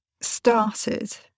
started